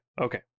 okay